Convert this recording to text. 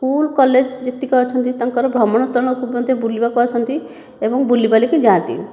school college ଯେତେକ ଅଛନ୍ତି ତାଙ୍କର ଭ୍ରମଣ ସ୍ଥାନ ମଧ୍ୟ ବୁଲିବାକୁ ଆସନ୍ତି ଏବଂ ବୁଲିବାଲି କି ଯାଆନ୍ତି